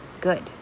good